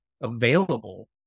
available